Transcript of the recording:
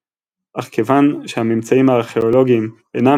אך כיוון שהממצאים הארכאולוגיים אינם